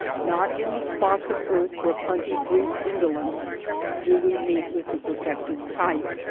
not in the spots of earth where plenty breeds indolence do we meet with the perfected type.